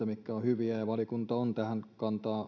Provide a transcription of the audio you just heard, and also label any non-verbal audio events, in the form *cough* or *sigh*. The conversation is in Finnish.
*unintelligible* mitkä ovat hyviä valiokunta on ottanut tähän kantaa